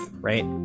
right